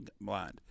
blind